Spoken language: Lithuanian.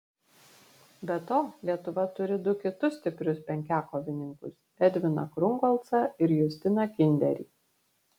be to lietuva turi du kitus stiprius penkiakovininkus edviną krungolcą ir justiną kinderį